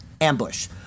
ambush